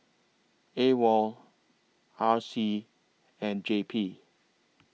AWOL R C and J P